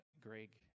Greg